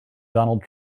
donald